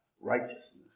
righteousness